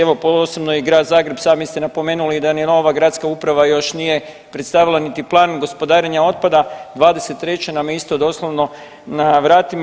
Evo posebno i Grad Zagreb, sami ste napomenuli da vam nova gradska uprava još nije predstavila niti plan gospodarenja otpada, '23. nam je isto doslovno na vratima.